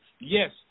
yes